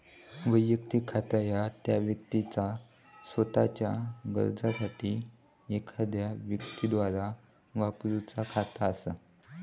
वैयक्तिक खाता ह्या त्या व्यक्तीचा सोताच्यो गरजांसाठी एखाद्यो व्यक्तीद्वारा वापरूचा खाता असा